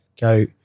go